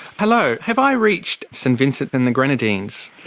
hello, have i reached st vincent and the grenadines?